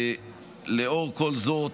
לאור כל זאת,